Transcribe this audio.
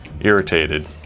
irritated